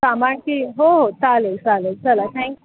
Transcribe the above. सामानची हो हो चालेल चालेल चला थँकू